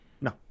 no